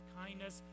kindness